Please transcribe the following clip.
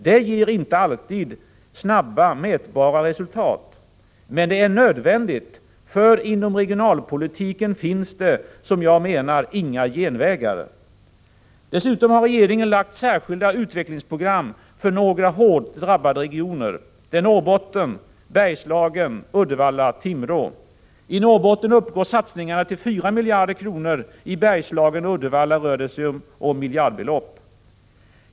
Det ger inte alltid snabba, mätbara resultat. Men det är nödvändigt, för inom regionalpolitiken finns det, som jag menar, inga genvägar. Dessutom har regeringen lagt fram särskilda utvecklingsprogram för några hårt drabbade regioner: Norrbotten, Bergslagen, Uddevalla och Timrå. I Norrbotten uppgår satsningarna till 4 miljarder kronor. I Bergslagen och Uddevalla rör det sig också om miljardbelopp.